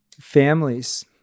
families